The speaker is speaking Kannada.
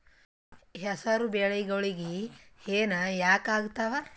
ಹೆಸರು ಬೆಳಿಗೋಳಿಗಿ ಹೆನ ಯಾಕ ಆಗ್ತಾವ?